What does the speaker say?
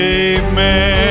amen